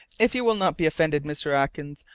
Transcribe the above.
if you will not be offended, mr. atkins,